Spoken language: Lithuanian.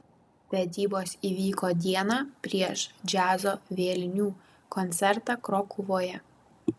vedybos įvyko dieną prieš džiazo vėlinių koncertą krokuvoje